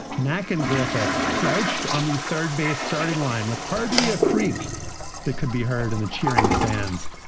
mack and griffith crouched on the third base, starting line with hardly a creek that could be heard and the cheering stands.